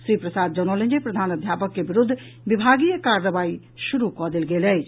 श्री प्रसाद जनौलनि जे प्रधानाध्यापक के विरूद्व विभागीय कार्रवाई शुरू कऽ देल गेल अछि